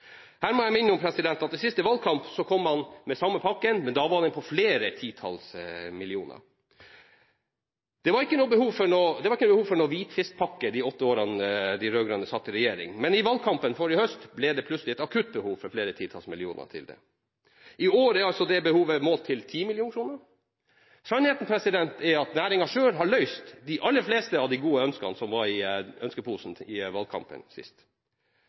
Her må jeg minne om at i den siste valgkampen kom man med den samme pakken, men da var den på flere titalls millioner. Det var ikke behov for noen hvitfiskpakke de åtte årene de rød-grønne satt i regjering, men i valgkampen forrige høst ble det plutselig et akutt behov for flere titalls millioner til det. I år er altså det behovet målt til 10 mill. kr. Sannheten er at regjeringen selv har innfridd de aller fleste av de gode ønskene som var i ønskeposen i valgkampen sist.